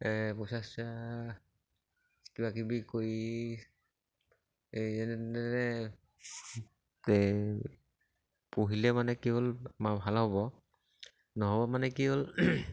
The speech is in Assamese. এই পইচা চইচা কিবাকিবি কৰি এই যেনে তেনে এই পুহিলে মানে কি হ'ল আমাৰ ভাল হ'ব নহ'ব মানে কি হ'ল